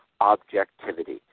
objectivity